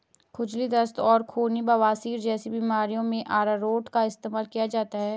खुजली, दस्त और खूनी बवासीर जैसी बीमारियों में अरारोट का इस्तेमाल किया जाता है